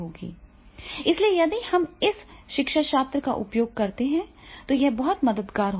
इसलिए यदि हम इस शिक्षाशास्त्र का उपयोग करते हैं तो यह बहुत मददगार होगा